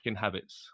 habits